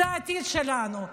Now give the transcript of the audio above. זה העתיד שלנו.